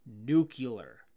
nuclear